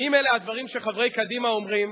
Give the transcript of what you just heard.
אם אלה הדברים שחברי קדימה אומרים,